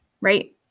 right